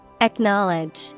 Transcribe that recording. Acknowledge